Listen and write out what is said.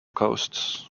coast